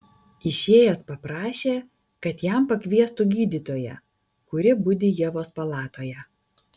išėjęs paprašė kad jam pakviestų gydytoją kuri budi ievos palatoje